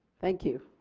thank you.